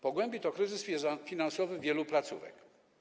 Pogłębi to kryzys finansowy wielu placówek.